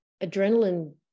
adrenaline